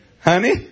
Honey